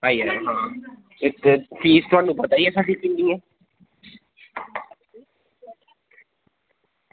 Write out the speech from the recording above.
आई जाएओ हां ते फीस थुआनू पता ई ऐ साढ़ी किन्नी ऐ